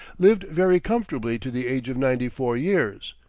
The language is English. lived very comfortably to the age of ninety-four years,